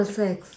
sex